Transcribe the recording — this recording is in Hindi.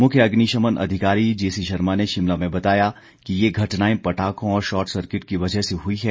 मुख्य अग्निशमन अधिकारी जेसी शर्मा ने शिमला में बताया कि ये घटनाएं पट्टाखों और शॉट सर्किट की वजह से हुई है